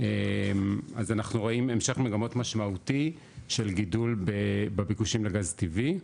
אז אנחנו רואים המשך מגמות משמעותי של גידול בביקושים לגז טבעי.